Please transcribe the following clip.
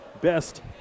best